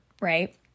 right